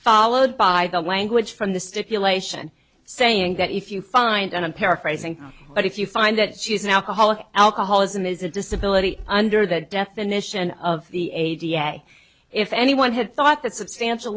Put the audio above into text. followed by the language from the stipulation saying that if you find out i'm paraphrasing but if you find that she is an alcoholic alcoholism is a disability under that definition of the a d f a if anyone had thought that substantial